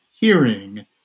hearing